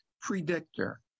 predictor